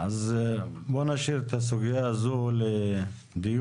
בוא נשאיר את הסוגיה הזו לדיון.